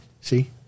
See